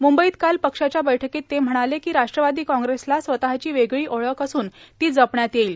म्ंबईत काल पक्षाच्या बैठकीत ते म्हणाले की राष्ट्रवादी कॉग्रेसला स्वतःची वेगळी ओळख असून ती जपण्यात येईल